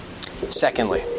Secondly